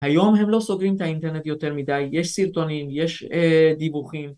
היום הם לא סוגרים את האינטרנט יותר מדי, יש סרטונים, יש דיווחים.